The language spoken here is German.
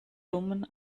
dummen